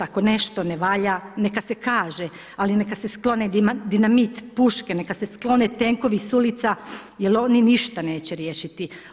Ako nešto ne valja, neka se kaže, ali neka se sklone dinamit, puške, neka se sklone tenkovi s ulica jer oni ništa neće riješiti.